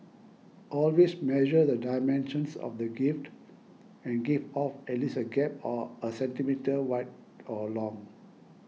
always measure the dimensions of the gift and give off at least a gap or a centimetre wide or long